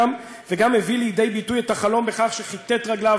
וגם הביא לידי ביטוי את החלום בכך שכיתת רגליו,